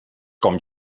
com